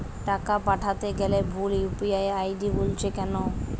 টাকা পাঠাতে গেলে ভুল ইউ.পি.আই আই.ডি বলছে কেনো?